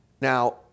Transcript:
Now